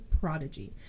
prodigy